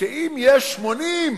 שאם יש 80,